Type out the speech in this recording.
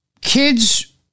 kids